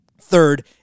third